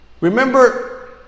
Remember